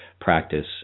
practice